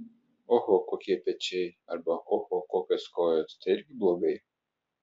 oho kokie pečiai arba oho kokios kojos tai irgi blogai